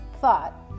thought